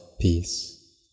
peace